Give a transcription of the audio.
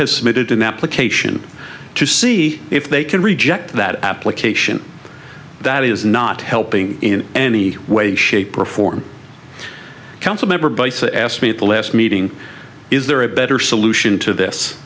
submitted an application to see if they can reject that application that is not helping in any way shape or form council member bice asked me at the last meeting is there a better solution to this